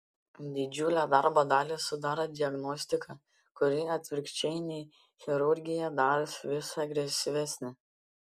didžiulę darbo dalį sudaro diagnostika kuri atvirkščiai nei chirurgija darosi vis agresyvesnė